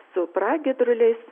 su pragiedruliais